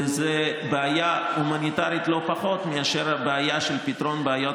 וזאת בעיה הומניטרית לא פחות מאשר הבעיה של פתרון בעיות